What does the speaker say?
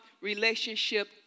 relationship